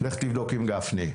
לך תבדוק עם גפני.